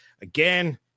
again